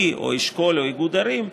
היא או אשכול או איגוד ערים,